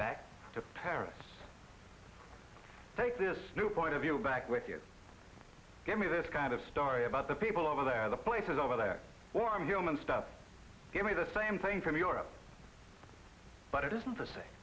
to paris take this new point of view back with you gave me this kind of story about the people over there the places over there warm human stuff give me the same thing from europe but it isn't the same